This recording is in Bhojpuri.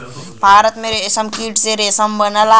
भारत में रेशमकीट से रेशम बनला